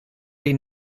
die